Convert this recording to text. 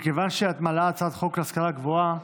מכיוון שאת מעלה הצעת חוק להשכלה גבוהה,